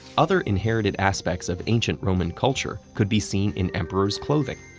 other inherited aspects of ancient roman culture could be seen in emperors' clothing,